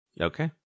Okay